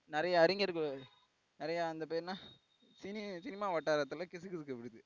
நிறைய அறிஞர்கள் நிறைய அந்த பேர் என்ன சினி சினிமா வட்டாரத்தில் கிசுகிசுக்கப்படுது